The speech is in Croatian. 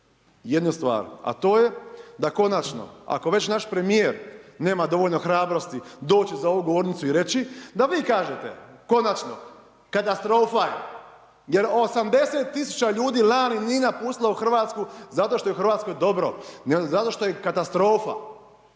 jednu stvar, a to je da konačno, ako već naš premijer nema dovoljno hrabrosti doći za ovu govornicu i reći, da vi kažete konačno, katastrofa je. Jer 80 000 ljudi lani nije napustilo Hrvatsku jer je u Hrvatskoj dobro, nego zato što je katastrofa.